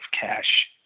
cash